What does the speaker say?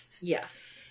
Yes